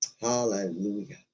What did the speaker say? Hallelujah